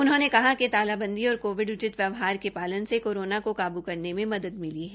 उन्होंने कहा कि तालाबंदी और कोविड उचित व्यवहार के पालन से कोरोना को काबू करने मे मदद मिली है